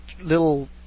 little